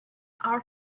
are